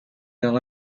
اقا